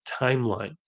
timeline